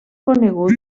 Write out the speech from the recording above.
conegut